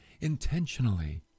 intentionally